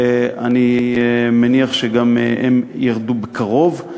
אני מניח שגם הם ירדו בקרוב.